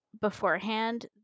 beforehand